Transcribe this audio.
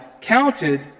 counted